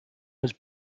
was